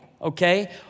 okay